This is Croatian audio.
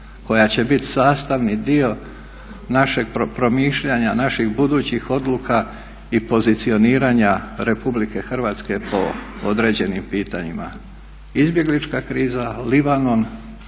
koja će biti sastavni dio našeg promišljanja, naših budućih odluka i pozicioniranja RH po određenim pitanjima. Izbjeglička kriza, Libanon,